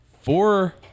four